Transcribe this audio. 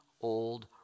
old